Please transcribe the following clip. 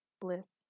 Bliss